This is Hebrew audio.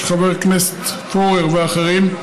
של חבר הכנסת פורר ואחרים,